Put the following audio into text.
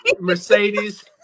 Mercedes